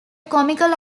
comical